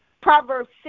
Proverbs